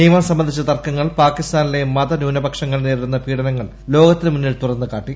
നിയമം സംബന്ധിച്ച തർക്കങ്ങൾ പാകിസ്ഥാനിലെ മതന്യൂനപക്ഷങ്ങൾ നേരിടുന്ന പീഡനങ്ങൾ ലോകത്തിനു മുമ്പിൽ തുറന്നു കാട്ടി